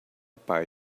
pai